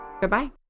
Goodbye